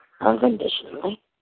unconditionally